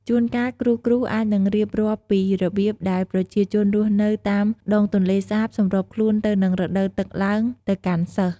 ជួនកាល គ្រូៗអាចនឹងរៀបរាប់ពីរបៀបដែលប្រជាជនរស់នៅតាមដងទន្លេសាបសម្របខ្លួនទៅនឹងរដូវទឹកឡើងទៅកាន់សិស្ស។